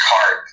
card